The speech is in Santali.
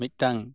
ᱢᱤᱫᱴᱟᱝ